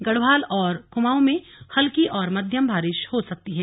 गढ़वाल और कुमाऊं में हल्की और मध्यम बारिश हो सकती है